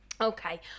Okay